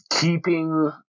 keeping